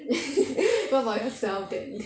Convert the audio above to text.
what about yourself then